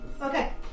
Okay